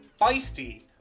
feisty